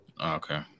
Okay